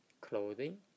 clothing